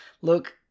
look